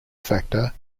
factor